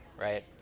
right